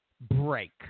break